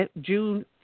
June